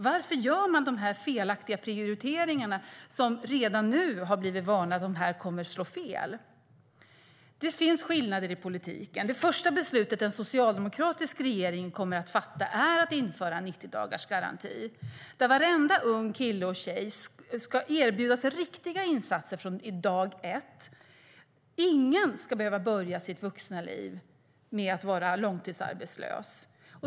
Varför gör man de här felaktiga prioriteringarna, som vi redan nu har blivit varnade för kommer att slå fel? Det finns skillnader i politiken. Det första beslutet en socialdemokratisk regering kommer att fatta är att införa en 90-dagarsgaranti där varenda ung kille och tjej ska erbjudas riktiga insatser från dag ett. Ingen ska behöva börja sitt vuxna liv med att vara långtidsarbetslös.